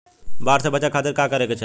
बाढ़ से बचे खातिर का करे के चाहीं?